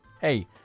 Hey